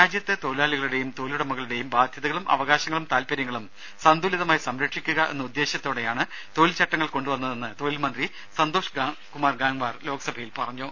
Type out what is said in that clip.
രാജ്യത്തെ തൊഴിലാളികളുടേയും തൊഴിലുടമകളുടേയും ബാധ്യതകളും അവകാശങ്ങളും താൽപര്യങ്ങളും സന്തുലിതമായി സംരക്ഷിക്കുക എന്ന ഉദ്ദേശ്യത്തോടെയാണ് തൊഴിൽ ചട്ടങ്ങൾ കൊണ്ടുവന്നതെന്ന് തൊഴിൽ മന്ത്രി സന്തോഷ് കുമാർ ഗ്യാങ് വാർ ലോക്സഭയിൽ പറഞ്ഞു